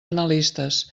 analistes